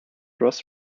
ross